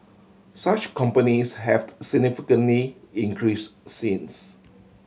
such companies have significantly increase since